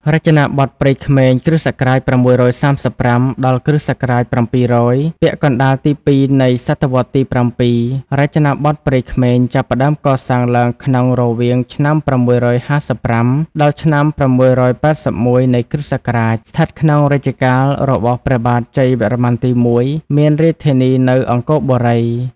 រចនាបថព្រៃក្មេង គ.ស. ៦៣៥ ដល់គ ស.៧០០ ពាក់ កណ្តាលទី ២ នៃសតវត្សទី៧ រចនាបថព្រៃក្មេងចាប់ផ្តើមកសាងឡើងក្នុងរវាងឆ្នាំ ៦៥៥ ដល់ឆ្នាំ៦៨១ នៃ គ្រិស្តសករាជ ស្ថិតក្នុងរជ្ជកាលរបស់ព្រះបាទជ័យវរ្ម័នទី១ មានរាជធានីនៅអង្គរបុរី។